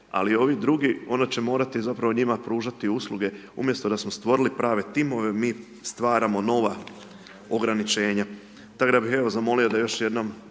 ali ovi drugi, onda će morati zapravo njima pružati usluge umjesto da stvorili prave timove, mi stvaramo nova ograničenja tako da bih evo zamolio da još jednom